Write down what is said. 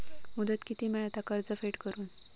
मुदत किती मेळता कर्ज फेड करून?